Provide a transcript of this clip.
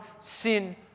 sin